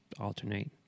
alternate